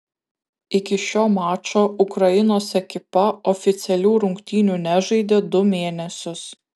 iki šio mačo ukrainos ekipa oficialių rungtynių nežaidė du mėnesius